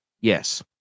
yes